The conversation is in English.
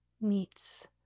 meets